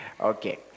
Okay